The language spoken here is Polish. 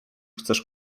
chcesz